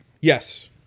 Yes